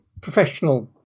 professional